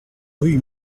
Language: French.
rue